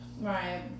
Right